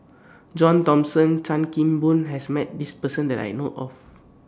John Thomson and Chan Kim Boon has Met This Person that I know of